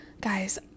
guys